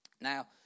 Now